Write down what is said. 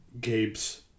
Gabe's